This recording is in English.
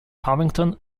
covington